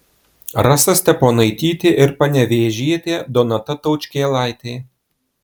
rasa steponaitytė ir panevėžietė donata taučkėlaitė